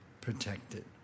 protected